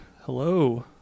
Hello